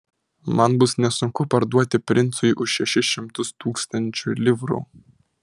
man bus nesunku parduoti princui už šešis šimtus tūkstančių livrų